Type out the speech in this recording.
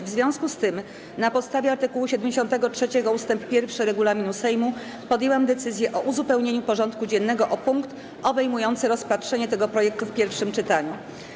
W związku z tym, na podstawie art. 73 ust. 1 regulaminu Sejmu, podjęłam decyzję o uzupełnieniu porządku dziennego o punkt obejmujący rozpatrzenie tego projektu w pierwszym czytaniu.